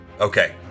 Okay